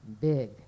Big